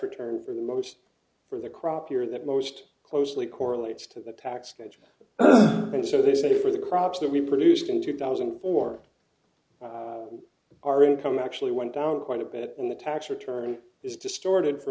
return for the most for the crop year that most closely correlates to the tax schedule and so they say for the crops that we produced in two thousand and four our income actually went down quite a bit and the tax return is distorted for